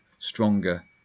stronger